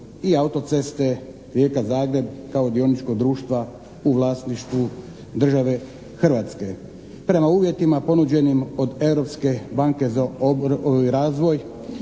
i Autoceste Rijeka-Zagreb kao dioničkog društva u vlasništvu države Hrvatske. Prema uvjetima ponuđenim od Europske banke za obnovu